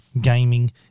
gaming